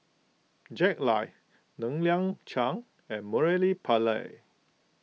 Jack Lai Ng Liang Chiang and Murali Pillai